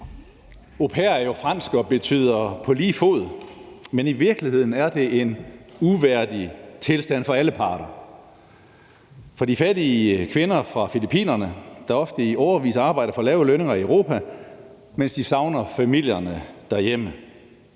Au pair er jo fransk og betyder på lige fod, men i virkeligheden er det en uværdig tilstand for alle parter: for de fattige kvinder fra Filippinerne, der ofte i årevis arbejder for lave lønninger i Europa, mens de savner familierne derhjemme;